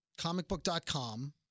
comicbook.com